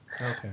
Okay